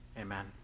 Amen